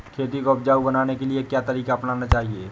खेती को उपजाऊ बनाने के लिए क्या तरीका अपनाना चाहिए?